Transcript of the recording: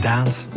Dance